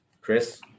Chris